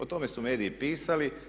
O tome su mediji pisali.